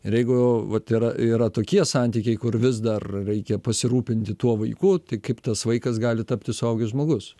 ir jeigu vat yra yra tokie santykiai kur vis dar reikia pasirūpinti tuo vaiku kaip tas vaikas gali tapti suaugęs žmogus